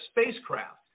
spacecraft